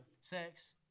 sex